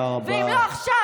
ואם לא עכשיו,